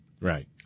Right